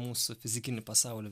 mūsų fizikinį pasaulį